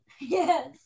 Yes